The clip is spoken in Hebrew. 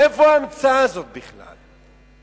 מאיפה ההמצאה הזאת בכלל?